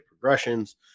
progressions